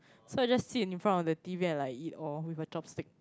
so I just sit in front of the T_V and like eat or with a chopstick